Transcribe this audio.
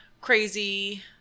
crazy